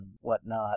whatnot